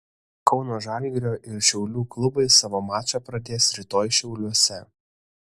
kauno žalgirio ir šiaulių klubai savo mačą pradės rytoj šiauliuose